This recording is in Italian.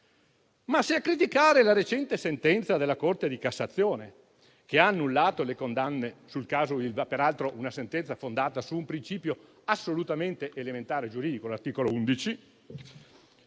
ma se a criticare la recente sentenza della Corte di cassazione che ha annullato le condanne sul caso Ilva - peraltro una sentenza fondata su un principio assolutamente elementare giuridico, ossia l'articolo 11